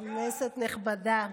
כנסת נכבדה,